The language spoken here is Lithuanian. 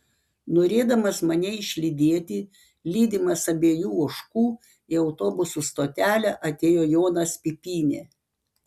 norėdamas mane išlydėti lydimas abiejų ožkų į autobusų stotelę atėjo jonas pipynė